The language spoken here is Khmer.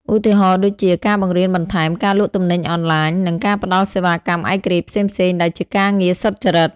ឧទាហរណ៍ដូចជា ការបង្រៀនបន្ថែម ការលក់ទំនិញអនឡាញ និងការផ្តល់សេវាកម្មឯករាជ្យផ្សេងៗដែលជាការងារសុចរិត។